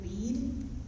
read